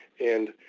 and